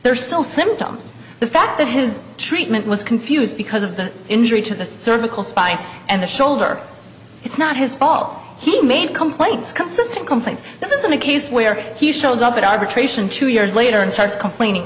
they're still symptoms the fact that his treatment was confused because of the injury to the cervical spine and the shoulder it's not his fault he made complaints consistent complaints this isn't a case where he shows up at arbitration two years later and starts complaining